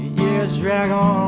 years drag on